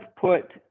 put